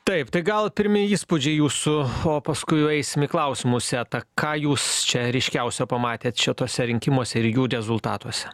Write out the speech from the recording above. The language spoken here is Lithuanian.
taip tai gal pirmi įspūdžiai jūsų o paskui jau eisim į klausimų setą ką jūs čia ryškiausio pamatėt šituose rinkimuose ir jų rezultatuose